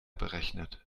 berechnet